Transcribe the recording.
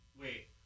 Wait